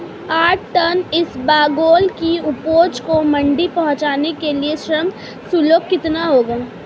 आठ टन इसबगोल की उपज को मंडी पहुंचाने के लिए श्रम शुल्क कितना होगा?